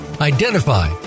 identify